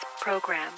program